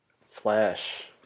Flash